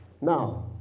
Now